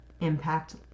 impact